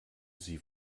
sie